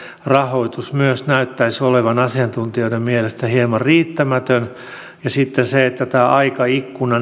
rahoitus myös näyttäisi olevan asiantuntijoiden mielestä hieman riittämätön ja sitten tämä aikaikkuna